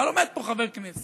אבל עומד פה חבר כנסת,